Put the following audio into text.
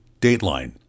Dateline